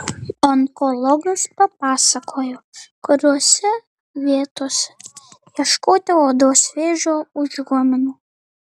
onkologas papasakojo kuriose vietose ieškoti odos vėžio užuominų